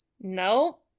No